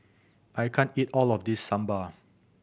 I can't eat all of this Sambar